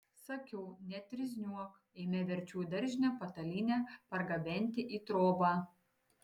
sakiau netrizniuok eime verčiau į daržinę patalynę pargabenti į trobą